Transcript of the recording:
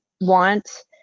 want